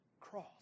cross